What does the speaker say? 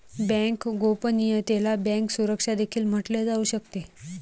bank गोपनीयतेला bank सुरक्षा देखील म्हटले जाऊ शकते